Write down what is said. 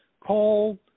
Call